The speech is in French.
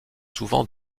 souvent